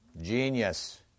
Genius